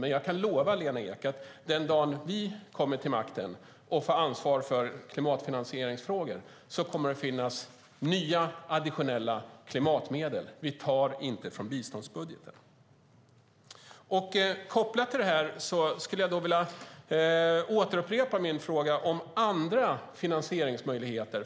Men jag kan lova Lena Ek att den dag vi kommer till makten och får ansvar för klimatfinansieringsfrågor kommer det att finnas nya additionella klimatmedel. Vi tar inte från biståndsbudgeten. Kopplat till detta skulle jag vilja upprepa min fråga om andra finansieringsmöjligheter.